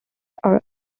are